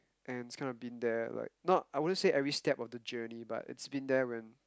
and it's kind of been there like not I wouldn't say every step of the journey but it's been there when